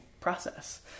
process